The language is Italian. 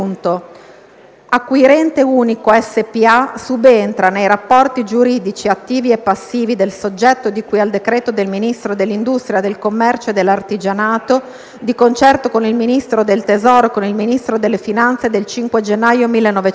Acquirente Unico S.p.A. subentra nei rapporti giuridici attivi e passivi del soggetto di cui al decreto del Ministro dell'industria, del commercio e dell'artigianato, di concerto con il Ministro del tesoro e con il Ministro delle finanze del 5 gennaio 1998.